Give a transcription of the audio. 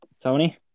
Tony